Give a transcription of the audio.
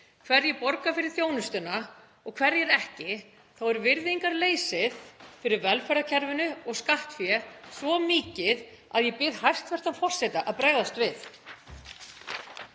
hverjir borga fyrir þjónustuna og hverjir ekki, þá er virðingarleysið fyrir velferðarkerfinu og skattfé svo mikið að ég bið hæstv. forseta að bregðast við.